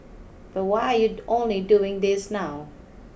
but why are you only doing this now